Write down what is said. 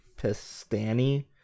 Pistani